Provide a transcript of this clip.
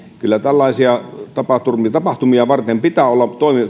kyllä tällaisia tapahtumia tapahtumia varten pitää olla